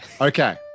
Okay